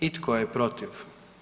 I tko je protiv?